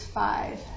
five